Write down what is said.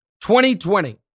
2020